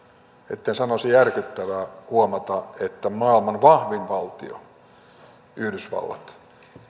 etten sanoisi järkyttävää huomata että maailman vahvin valtio yhdysvallat